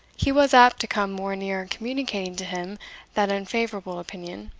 he was apt to come more near communicating to him that unfavourable opinion,